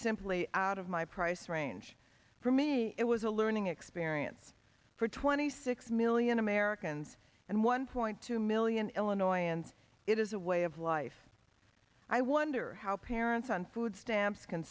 simply out of my price range for me it was a learning experience for twenty six million americans and one point two million illinois and it is a way of life i wonder how parents on food